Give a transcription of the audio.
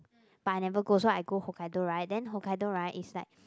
but I never go so I go Hokkaido right then Hokkaido right is like